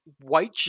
white